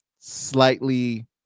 slightly